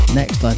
next